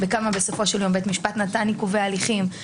בכמה בית משפט נתן עיכובי הליכים בסופו של דבר,